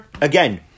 again